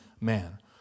man